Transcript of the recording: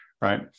Right